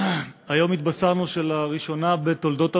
היום התבשרנו שלראשונה בתולדות המדינה,